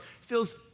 feels